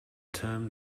term